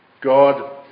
God